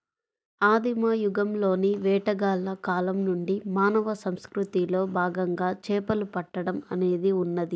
ఆదిమ యుగంలోని వేటగాళ్ల కాలం నుండి మానవ సంస్కృతిలో భాగంగా చేపలు పట్టడం అనేది ఉన్నది